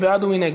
מי בעד ומי נגד?